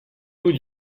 nous